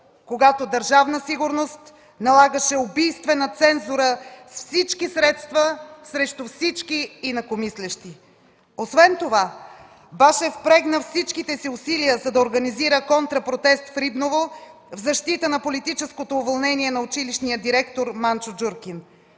когато Държавна сигурност налагаше убийствена цензура с всички средства срещу всички инакомислещи. Освен това Башев впрегна всичките си усилия, за да организира контрапротест в с. Рибново в защита на политическото уволнение на училищния директор Манчо Джуркин.